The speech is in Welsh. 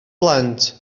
blant